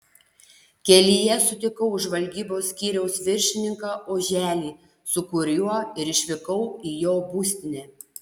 kelyje sutikau žvalgybos skyriaus viršininką oželį su kuriuo ir išvykau į jo būstinę